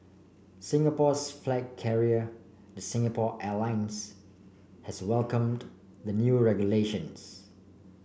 Singapore's flag carrier the Singapore Airlines has welcomed the new regulations